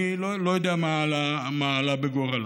אני לא יודע מה עלה בגורלן.